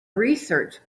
research